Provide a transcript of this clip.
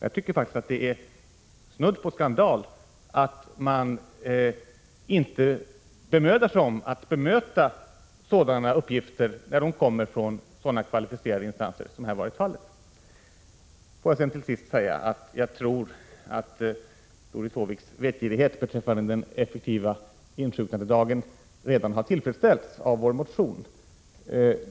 Jag tycker faktiskt att det är snudd på skandal att man inte bemödar sig om att bemöta sådana uppgifter, när de kommer från sådana kvalificerade instanser som här varit fallet. Jag tror att Doris Håviks vetgirighet beträffande den effektiva insjuknandedagen redan har tillfredsställts av vår motion.